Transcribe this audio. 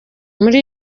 muri